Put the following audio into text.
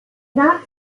not